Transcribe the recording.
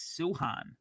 Suhan